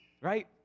right